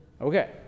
Okay